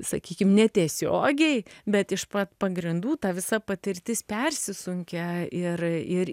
sakykim netiesiogiai bet iš pat pagrindų ta visa patirtis persisunkia ir ir